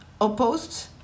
opposed